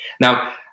Now